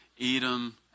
Edom